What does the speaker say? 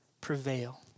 prevail